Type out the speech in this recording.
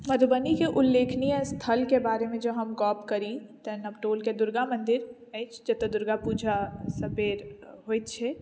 मधुबनी के उल्लेखनीय स्थल के बारे मे जॅं हम गप करी तऽ नवटोल के दुर्गा मंदिर अछि जतय दुर्गा पूजा सब बेर होइत छै